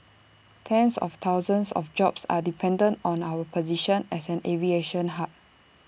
tens of thousands of jobs are dependent on our position as an aviation hub